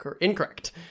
Incorrect